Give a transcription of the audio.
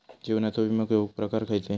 जीवनाचो विमो घेऊक प्रकार खैचे?